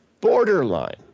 borderline